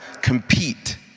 compete